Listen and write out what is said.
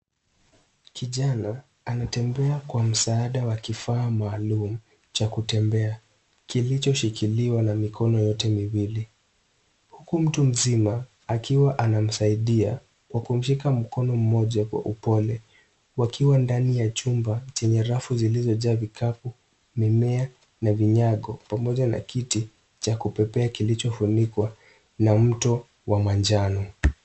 Kijana anatembea kwa msaada wa kifaa maalumu cha kutembea kilichoshikiliwa na mikono yote miwili huku mtu mzima akiwa anamsaidia kwa kumshika mkono mmoja kwa upole wakiwa ndani ya chumba chenye rafu zilizojaa vikapu, mimea na vinyago pamoja na kiti cha kupepea kilichofunikwa na mto wa manjano.